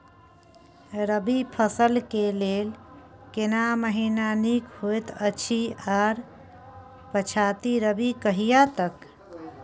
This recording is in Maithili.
रबी फसल के लेल केना महीना नीक होयत अछि आर पछाति रबी कहिया तक?